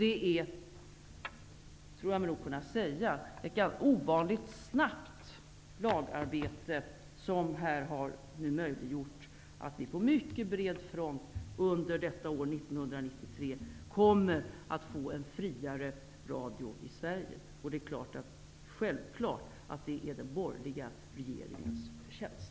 Det är nog, tror jag mig kunna säga, ett ovanligt snabbt lagarbete som har möjliggjort att vi nu på mycket bred front under detta år 1993 kommer att få en friare radio i Sverige. Det är självklart att det är den borgerliga regeringens förtjänst.